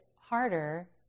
harder